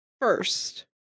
first